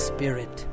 Spirit